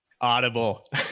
audible